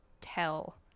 tell